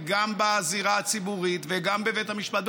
גם בזירה הציבורית וגם בבית המשפט,